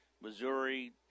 Missouri